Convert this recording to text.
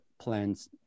plans